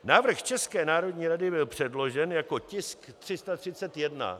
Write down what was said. Návrh České národní rady byl předložen jako tisk 331.